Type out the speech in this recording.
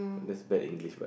that's bad English but